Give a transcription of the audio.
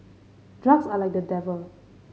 drugs are like the devil